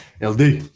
LD